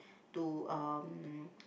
to um